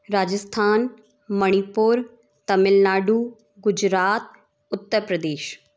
Rajasthan Manipur Tamil Nadu Gujarat Uttar Pradesh